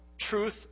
truth